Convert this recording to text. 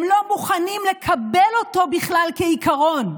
הם לא מוכנים לקבל אותו בכלל כעיקרון,